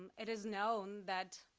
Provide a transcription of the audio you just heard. and it is known that.